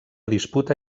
disputa